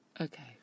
Okay